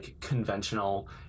conventional